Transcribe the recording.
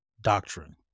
doctrine